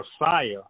Messiah